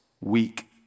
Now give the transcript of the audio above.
weak